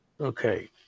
Okay